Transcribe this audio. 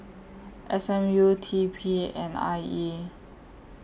S M U T P and I E